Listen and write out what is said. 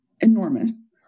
enormous